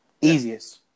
Easiest